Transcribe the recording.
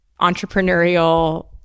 entrepreneurial